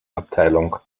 abteilung